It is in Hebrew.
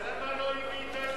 אבל הוא לא הביא חבית